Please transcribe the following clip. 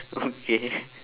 okay